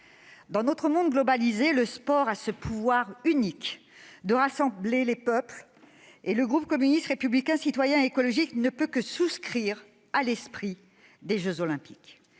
Dans notre monde globalisé, le sport a ce pouvoir unique de rassembler les peuples. Le groupe communiste républicain citoyen et écologiste ne peut que souscrire à l'esprit des jeux Olympiques.